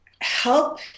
help